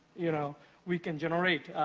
you know we can generate,